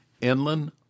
Inland